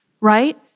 right